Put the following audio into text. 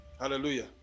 hallelujah